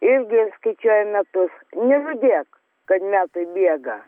irgi skaičiuoja metus neliūdėk kad metai bėga